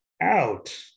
out